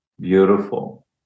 Beautiful